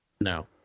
No